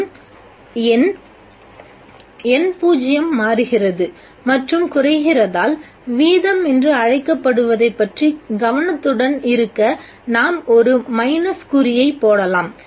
மற்றும் எண் N0 மாறுகிறது மற்றும் குறைகிறதால் வீதம் என்று அழைக்கப்படுவதைப் பற்றி கவனத்துடன் இருக்க நாம் ஒரு மைனஸ் குறியைப் போடலாம்